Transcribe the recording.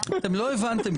אתם לא הבנתם,